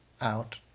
out